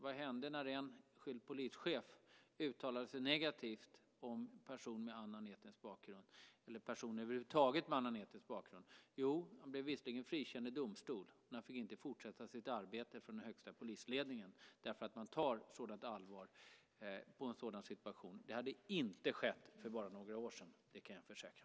Vad hände när en enskild polischef uttalade sig negativt om en person med annan etnisk bakgrund? Han blev visserligen frikänd i domstol, men han fick inte fortsätta sitt arbete för den högsta polisledningen eftersom man ser allvarligt på en sådan situation. Det hade inte skett för bara några år sedan, det kan jag försäkra.